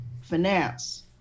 finance